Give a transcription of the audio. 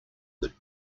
that